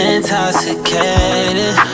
Intoxicated